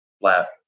flat